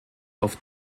auf